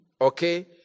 okay